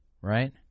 right